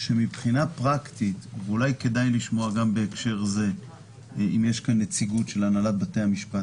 מבחינה פרקטית ואולי כדאי לשמוע בהקשר הזה את הנהלת בתי המשפט